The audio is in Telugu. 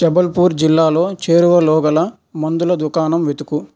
జబల్పూర్ జిల్లాలో చేరువలోగల మందుల దుకాణం వెతుకు